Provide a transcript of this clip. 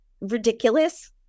ridiculous